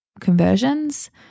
conversions